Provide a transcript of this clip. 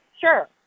sure